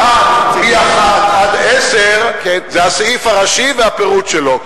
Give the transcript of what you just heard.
1 10, זה הסעיף הראשי והפירוט שלו.